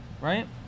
right